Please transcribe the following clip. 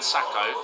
Sacco